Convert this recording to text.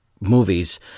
movies